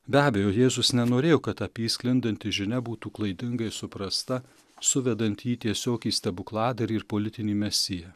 be abejo jėzus nenorėjo kad apie jį sklindanti žinia būtų klaidingai suprasta suvedant jį tiesiog į stebukladarį ir politinį mesiją